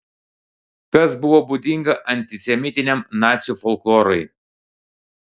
kas buvo būdinga antisemitiniam nacių folklorui